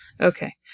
Okay